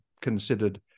considered